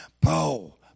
Paul